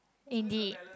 in the